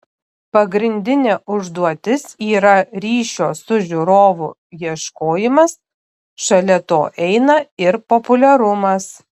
pagrindinė užduotis yra ryšio su žiūrovu ieškojimas šalia to eina ir populiarumas